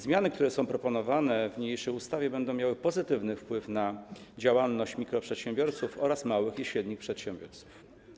Zmiany, które są proponowane w niniejszej ustawie, będą miały pozytywny wpływ na działalność mikroprzedsiębiorców oraz małych i średnich przedsiębiorców.